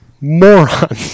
moron